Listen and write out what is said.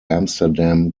amsterdam